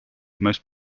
most